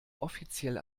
offiziell